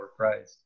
overpriced